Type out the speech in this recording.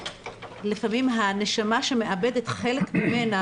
לפעמים הנשמה שמאבדת חלק ממנה,